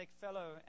fellow